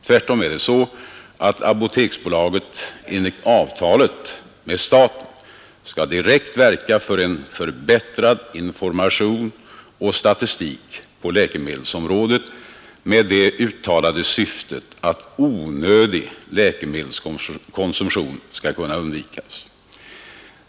Tvärtom är det så att Apoteksbolaget enligt avtalet med staten skall direkt verka för en förbättrad information och statistik på läkemedelsområdet med det uttalade syftet att onödig läkemedelskonsumtion skall kunna undvikas.